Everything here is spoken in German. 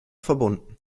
verbunden